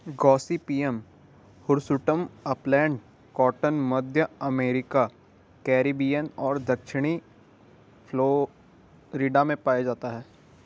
Gossypium hirsutum upland cotton, मध्य America, Caribbean और दक्षिणी फ्लोरिडा में पाया जाता है